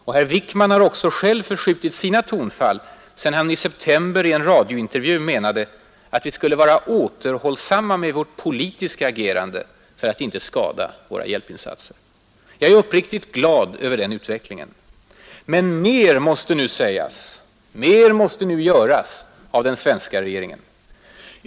Och herr Wickman har också själv förskjutit sina tonfall sedan han i september i en radiointervju menade att vi borde vara återhållsamma med ”vårt politiska agerande” för att inte skada våra hjälpinsatser. Jag är uppriktigt glad över den utvecklingen. Men mer måste nu sägas och göras av den svenska regeringen.